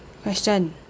question